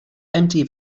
empty